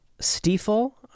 Stiefel